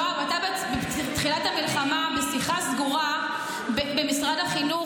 בתחילת המלחמה בשיחה סגורה במשרד החינוך